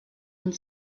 und